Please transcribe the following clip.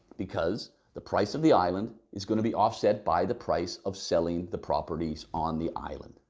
because the price of the island is going to be offset by the price of selling the properties on the island.